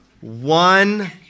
One